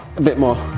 a bit more